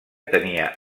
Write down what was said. tenia